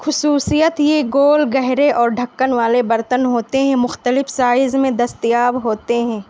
خصوصیت یہ گول گہرے اور ڈھکن والے برتن ہوتے ہیں مختلف سائز میں دستیاب ہوتے ہیں